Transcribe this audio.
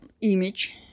image